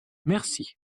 merci